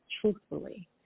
truthfully